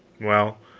well,